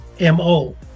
MO